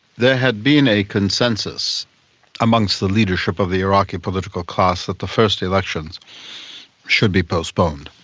there had been a consensus amongst the leadership of the iraqi political class that the first elections should be postponed.